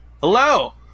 hello